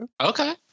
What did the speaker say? Okay